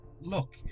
Look